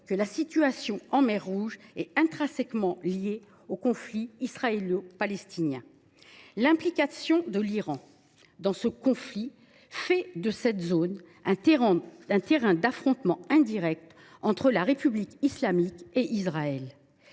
que la situation en mer Rouge est intrinsèquement liée au conflit israélo palestinien. L’implication de l’Iran dans ce conflit fait de cette zone un terrain d’affrontement indirect entre la République islamique et Israël.